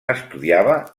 estudiava